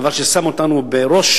דבר ששם אותנו בראש